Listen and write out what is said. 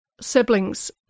siblings